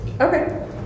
Okay